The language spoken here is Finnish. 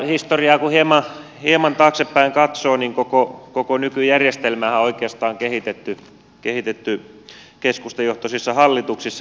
kun historiaa katsoo hieman taaksepäin koko nykyjärjestelmähän on oikeastaan kehitetty keskustajohtoisissa hallituksissa